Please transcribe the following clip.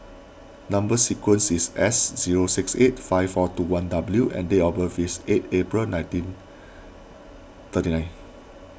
Number Sequence is S zero six eight five four two one W and date of birth is eight April nineteen thirty nine